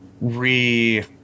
re